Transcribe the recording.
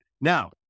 Now